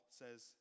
says